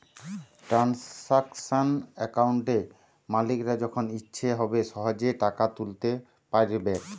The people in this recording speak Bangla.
ট্রানসাকশান অ্যাকাউন্টে মালিকরা যখন ইচ্ছে হবে সহেজে টাকা তুলতে পাইরবে